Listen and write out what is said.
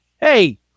hey